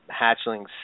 hatchlings